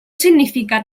significa